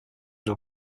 were